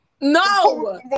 No